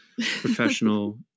professional